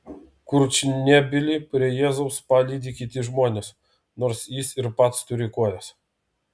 kurčnebylį prie jėzaus palydi kiti žmonės nors jis ir pats turi kojas